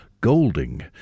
Golding